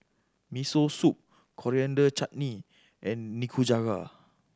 Miso Soup Coriander Chutney and Nikujaga